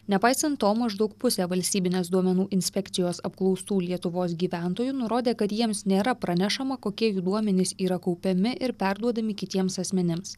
nepaisan to maždaug pusę valstybinės duomenų inspekcijos apklaustų lietuvos gyventojų nurodė kad jiems nėra pranešama kokie jų duomenys yra kaupiami ir perduodami kitiems asmenims